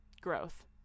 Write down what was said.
growth